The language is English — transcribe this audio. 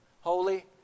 Holy